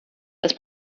das